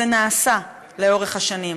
זה נעשה לאורך השנים.